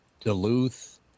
Duluth